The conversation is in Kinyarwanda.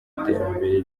iterambere